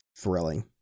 Thrilling